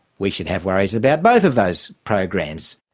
we should have worries about both of those programs.